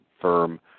firm